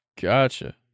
Gotcha